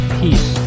peace